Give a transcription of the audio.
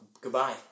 Goodbye